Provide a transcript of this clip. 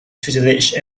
tutelage